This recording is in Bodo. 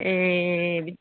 एह